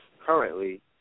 currently